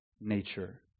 nature